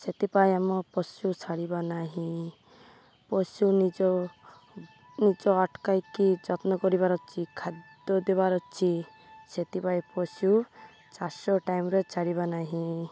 ସେଥିପାଇଁ ଆମ ପଶୁ ଛାଡ଼ିବା ନାହିଁ ପଶୁ ନିଜ ନିଜ ଅଟକାଇକରି ଯତ୍ନ କରିବାର ଅଛି ଖାଦ୍ୟ ଦେବାର ଅଛି ସେଥିପାଇଁ ପଶୁ ଚାାଷ ଟାଇମ୍ରେ ଛାଡ଼ିବା ନାହିଁ